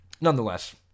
Nonetheless